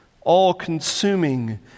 all-consuming